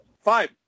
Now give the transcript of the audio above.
five